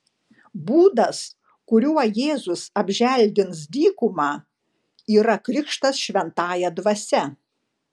būdas kuriuo jėzus apželdins dykumą yra krikštas šventąja dvasia